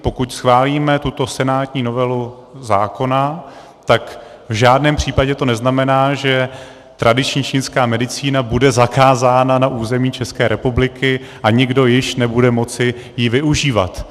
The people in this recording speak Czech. Pokud schválíme tuto senátní novelu zákona, tak to v žádném případě neznamená, že tradiční čínská medicína bude zakázána na území České republiky a nikdo již nebude moci ji využívat.